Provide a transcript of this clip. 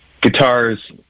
guitars